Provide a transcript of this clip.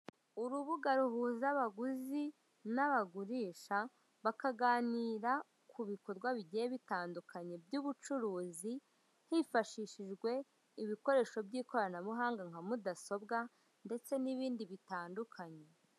Urubuga ruhuza abaguzi n'abagurisha bakaganira ku bikorwa bigiye bitandukanye by'ubucuruzi; hifashishijwe ibikoresho by'ikoranabuhanga nka mudasobwa ndetse n'ibindi bitandukanye.